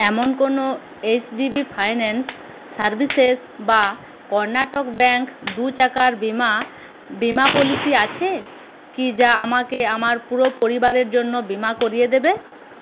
এমন কোনো H D B finance services বা কর্ণাটক ব্যাঙ্ক দু চাকার বীমা বীমা পলিসি আছে কি যা আমাকে আমার পুরো পরিবারের জন্য বীমা করিয়ে দেবে